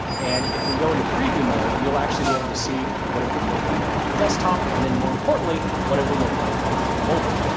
and if we go into preview mode, you'll actually be able to see what it would look like on desktop. and then more importantly, what it will look like on mobile.